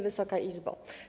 Wysoka Izbo!